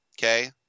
Okay